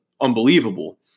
unbelievable